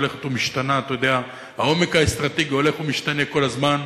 הולכת ומשתנה; העומק האסטרטגי הולך ומשתנה כל הזמן.